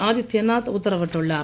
அதித்ய நாத் உத்தரவிட்டுள்ளார்